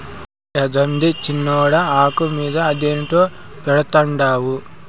యాందది సిన్నోడా, ఆకు మీద అదేందో పెడ్తండావు